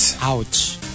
Ouch